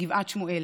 גבעת שמואל,